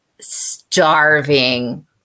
starving